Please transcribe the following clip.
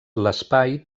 l’espai